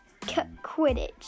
Quidditch